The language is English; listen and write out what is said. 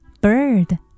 Bird